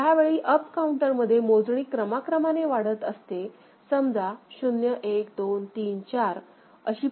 तर ज्यावेळी up counter मध्ये मोजणी क्रमाक्रमाने वाढत असते समजा 0 1 2 3 4